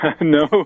No